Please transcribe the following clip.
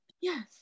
yes